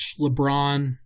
LeBron